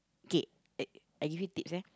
okay I I give you tips eh